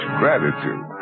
gratitude